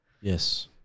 Yes